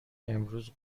امروز